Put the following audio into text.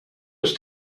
ist